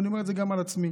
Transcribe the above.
ואני אומר את זה גם על עצמי.